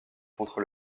contre